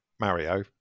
Mario